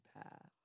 path